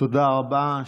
תודה רבה.